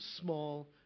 small